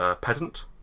pedant